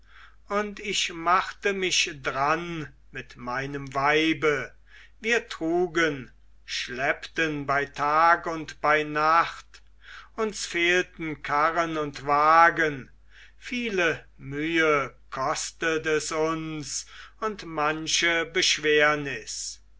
und ich machte mich dran mit meinem weibe wir trugen schleppten bei tag und bei nacht uns fehlten karren und wagen viele mühe kostet es uns und manche beschwernis